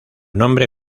nombre